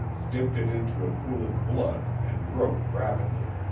dipped it into a pool of blood and wrote rapidly.